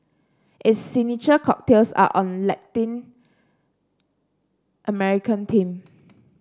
its signature cocktails are on Latin American theme